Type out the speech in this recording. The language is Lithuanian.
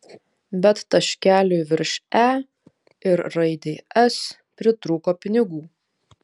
bet taškeliui virš e ir raidei s pritrūko pinigų